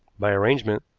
by arrangement,